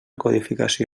codificació